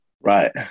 Right